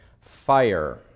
fire